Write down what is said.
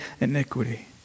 iniquity